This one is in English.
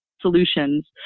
solutions